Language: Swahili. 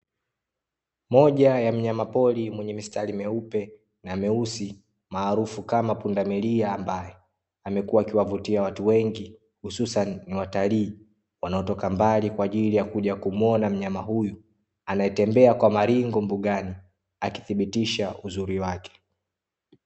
Moja ya mnyamapori mwenye mistari meupe na meusi, maarufu kama pundamilia, ambaye amekuwa akiwavutia watu wengi hususani watalii, wanaotoka mbali kwa ajili ya kuja kumuona mnyama huyu, anayetembea kwa maringo mbugani, akithibitisha uzuri wake.